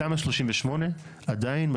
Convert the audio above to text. בתמ"א 38 עדיין,